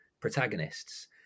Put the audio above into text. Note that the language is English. protagonists